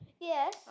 Yes